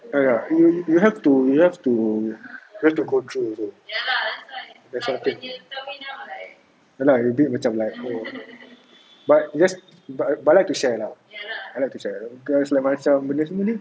err ya you have to you have to you have to go through also this kind of thing ya lah you be macam like but just I like to share lah cause macam benda semua ni